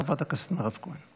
ואחריה, חברת הכנסת מירב כהן.